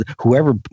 whoever